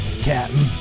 Captain